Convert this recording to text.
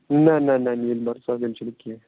نہ نہ نہ نیٖلۍ مرژٕوانٛگن چھِنہٕ کیٚنٛہہ